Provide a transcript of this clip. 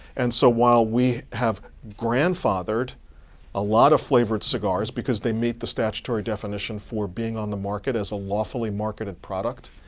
and so, while we have grandfathered a lot of flavored cigars, because they meet the statutory definition for being on the market as a lawfully marketed product,